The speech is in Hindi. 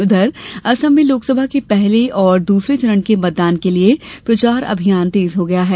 उधर असम में लोकसभा के पहले और दूसरे चरण के मतदान के लिये प्रचार अभियान तेज हो गया है